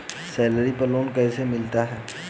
Salary पर loan कैसे मिलता है?